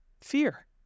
Fear